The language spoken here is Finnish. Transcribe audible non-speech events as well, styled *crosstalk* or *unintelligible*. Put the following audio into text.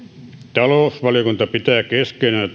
talousvaliokunta pitää keskeisenä *unintelligible*